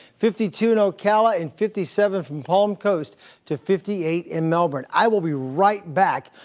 fifty two in ocala and fifty seven from palm coast to fifty eight in melbourne. i will be right back.